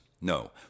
no